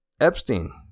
Epstein